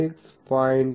6 0